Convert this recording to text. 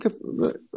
Look